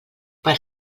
per